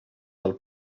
del